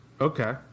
Okay